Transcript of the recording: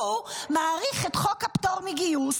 הוא מאריך את חוק הפטור מגיוס.